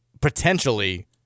potentially